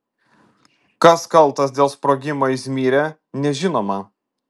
kas kaltas dėl sprogimą izmyre nežinoma